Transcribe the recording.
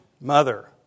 mother